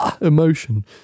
emotion